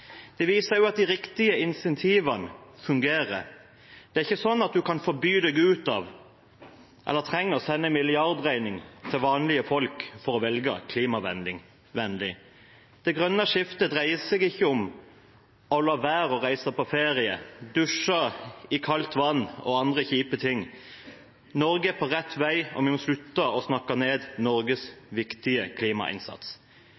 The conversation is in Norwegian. Det viser at de riktige incentivene fungerer. Det er ikke slik at man kan forby seg ut av alt, eller trenger å sende milliardregning til vanlige folk for å velge klimavennlig. Det grønne skiftet dreier seg ikke om å la være å reise på ferie, å dusje i kaldt vann og andre kjipe ting. Norge er på rett vei, og vi må slutte å snakke ned